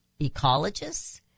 ecologists